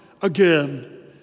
again